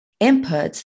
inputs